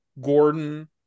Gordon